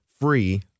free